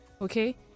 okay